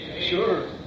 Sure